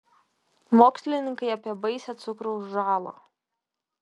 mokslininkai apie baisią cukraus žalą